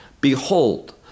Behold